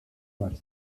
marsa